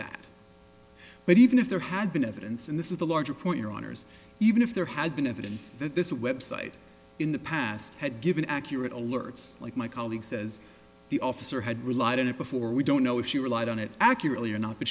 that but even if there had been evidence and this is the larger point your honour's even if there had been evidence that this website in the past had given accurate alerts like my colleague says the officer had relied on it before we don't know if she relied on it accurately or not but